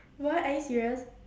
what are you serious